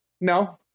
no